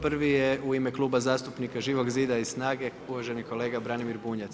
Prvi je u ime Kluba zastupnika Živog zida i SNAGA-e uvaženi kolega Branimir Bunjac.